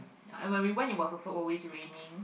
I when we went it was also always raining